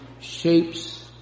shapes